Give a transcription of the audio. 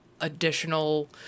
additional